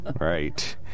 Right